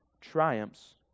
triumphs